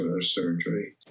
surgery